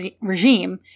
regime